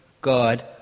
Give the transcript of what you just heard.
God